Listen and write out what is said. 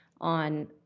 on